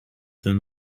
than